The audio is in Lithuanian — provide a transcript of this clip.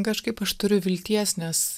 kažkaip aš turiu vilties nes